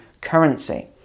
currency